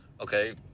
okay